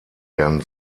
werden